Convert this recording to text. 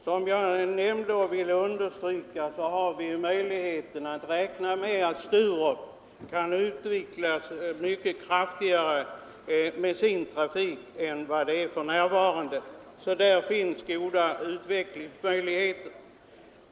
Som jag nämnde och även ville understryka kan vi räkna med att Sturup trafikmässigt kan utvecklas mycket kraftigare än för närvarande. Där finns goda utvecklingsmöjligheter.